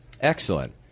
Excellent